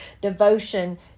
devotion